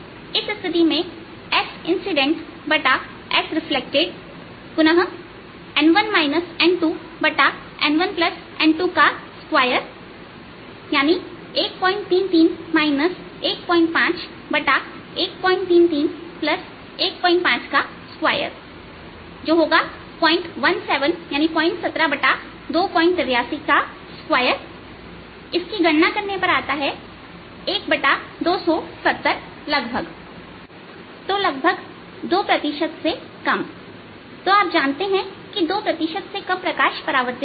इस स्थिति में पुनः SincidentSreflected n1 n2n1n22 133 15133 152 SincidentSreflected 172832 इसकी गणना करने पर यह आता है SincidentSreflected 1270लगभग तो लगभग 2 आप जानते हैं कि 2 से कम प्रकाश परावर्तित हुआ